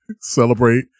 celebrate